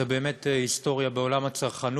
זו באמת היסטוריה בעולם הצרכנות.